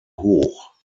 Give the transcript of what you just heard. hoch